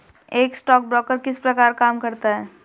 एक स्टॉकब्रोकर किस प्रकार का काम करता है?